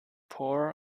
poor